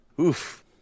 oof